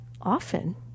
often